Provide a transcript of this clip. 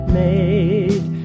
made